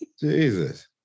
jesus